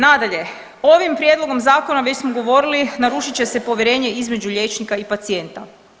Nadalje, ovim prijedlogom zakona već smo govorili narušit će se povjerenje između liječnika i pacijenta.